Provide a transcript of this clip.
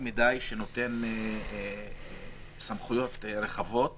אלא למנוע בנסיבות קיצוניות וכדומה עריכה של תפילה שנעשית